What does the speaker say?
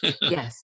Yes